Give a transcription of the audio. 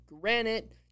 Granite